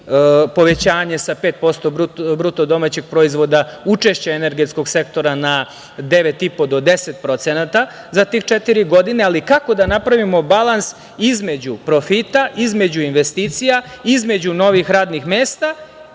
povećanje sa 5% bruto domaćeg proizvoda učešće energetskog sektora na 9,5 do 10% za te četiri godine. Ali kako da napravimo balans između profita, između investicija, između novih radnih mesta